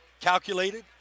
calculated